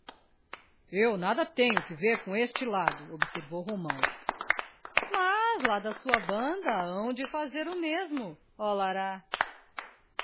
eu nada tenho que ver com este lado observou romão mas lá da sua banda hão de fazer o mesmo olará